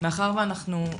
מאחר ואנחנו,